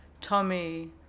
Tommy